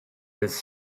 his